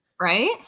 Right